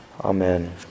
Amen